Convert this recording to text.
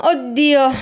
Oddio